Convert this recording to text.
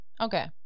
Okay